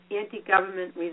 anti-government